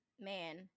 Man